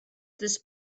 this